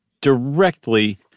directly